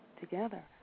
together